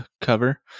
cover